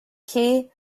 key